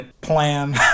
plan